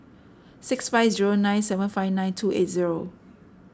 six five zero nine seven five nine two eight zero